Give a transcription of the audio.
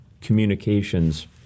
communications